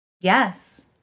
Yes